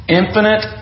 infinite